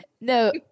No